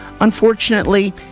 Unfortunately